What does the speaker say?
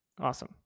Awesome